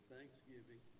thanksgiving